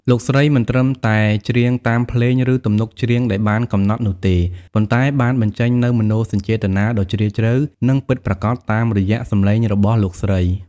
លោកស្រីមិនត្រឹមតែច្រៀងតាមភ្លេង ឬទំនុកច្រៀងដែលបានកំណត់នោះទេ ប៉ុន្តែបានបញ្ចេញនូវ មនោសញ្ចេតនា ដ៏ជ្រាលជ្រៅ និងពិតប្រាកដតាមរយៈសំឡេងរបស់លោកស្រី។